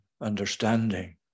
understanding